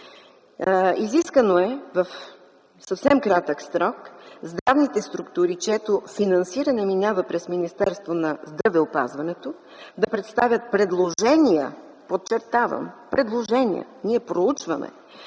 Изискано е в съвсем кратък срок здравните структури, чието финансиране минава пред Министерството на здравеопазването, да представят предложения, подчертавам – предложения за намаляване